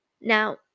Now